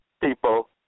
people